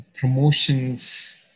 promotions